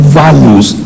values